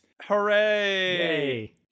Hooray